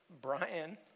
Brian